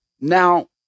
Now